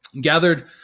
Gathered